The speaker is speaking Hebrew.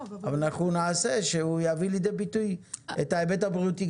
נעשה שהוא יביא לידי ביטוי את ההיבט הבריאותי.